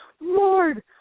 Lord